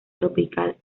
tropical